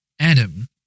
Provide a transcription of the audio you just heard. Adam